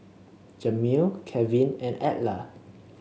Jamil Kevin and Edla